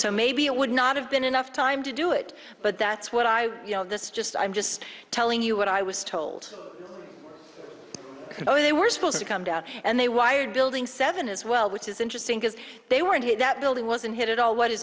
so maybe it would not have been enough time to do it but that's what i you know this is just i'm just telling you what i was told when they were supposed to come down and they wired building seven as well which is interesting because they weren't that building wasn't hit at all what is